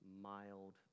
mild